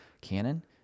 Canon